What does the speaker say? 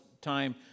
time